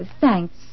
Thanks